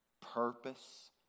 purpose